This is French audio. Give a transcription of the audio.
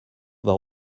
voir